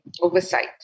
oversight